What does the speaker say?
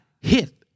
hit